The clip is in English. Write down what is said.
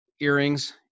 earrings